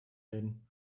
reden